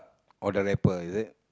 or the rapper is it